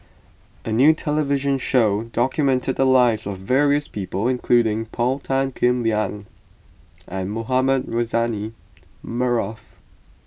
a new television show documented the lives of various people including Paul Tan Kim Liang and Mohamed Rozani Maarof